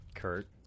kurt